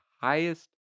highest